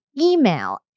email